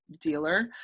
dealer